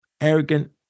arrogant